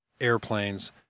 airplanes